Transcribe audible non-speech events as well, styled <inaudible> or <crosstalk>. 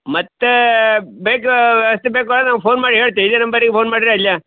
ಮತ್ತೆ ಬೇಕು <unintelligible> ಬೇಕು ಅಂದ್ರೆ ನಾವು ಫೋನ್ ಮಾಡಿ ಹೇಳ್ತಿವ್ ಇದೇ ನಂಬರಿಗೆ ಫೋನ್ ಮಾಡಿರೆ ಆಯ್ಲ್ಯಾ